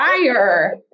fire